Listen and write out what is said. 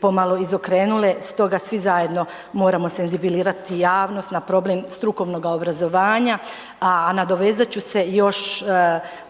pomalo izokrenule stoga svi zajedno moramo senzibilizirati javnost na problem strukovnoga obrazovanja, a nadovezat ću se još